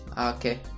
Okay